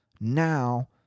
now